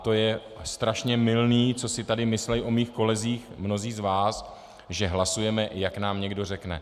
To je strašně mylné, co si tady myslí o mých kolezích mnozí z vás, že hlasujeme, jak nám někdo řekne.